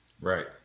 Right